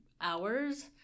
hours